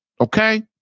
Okay